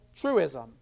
truism